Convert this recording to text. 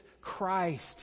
Christ